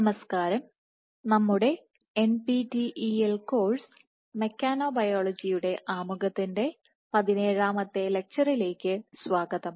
നമസ്കാരം നമ്മുടെ NPTEL course മെക്കനോബയോളജിയുടെ ആമുഖത്തിന്റെ പതിനേഴാമത്തെ ലെക്ച്ചറിലേക്ക് സ്വാഗതം